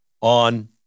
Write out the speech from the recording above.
on